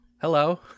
Hello